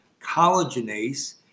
collagenase